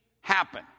happen